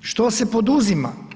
što se poduzima?